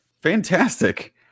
Fantastic